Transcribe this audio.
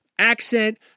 Accent